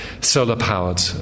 solar-powered